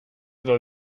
vad